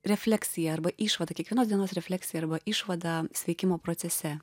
refleksija arba išvada kiekvienos dienos refleksija arba išvada sveikimo procese